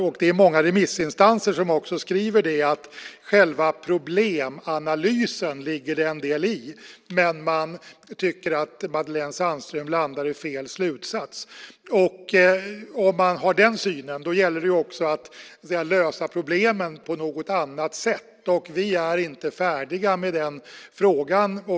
Det är också många remissinstanser som skriver att det ligger en del i själva problemanalysen, men man tycker att Madelene Sandström landar i fel slutsats. Om man har den synen gäller det också att lösa problemen på något annat sätt. Vi är inte färdiga med den frågan.